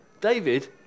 David